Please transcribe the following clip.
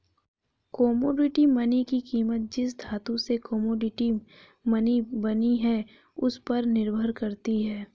commodity money की कीमत जिस धातु से कोमोडिटी मनी बनी है उस पर निर्भर करती है